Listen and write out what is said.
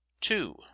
two